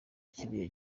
kiriya